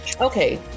okay